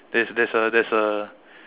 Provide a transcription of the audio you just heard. there's there's a there's a